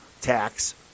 tax